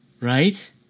right